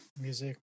music